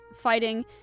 fighting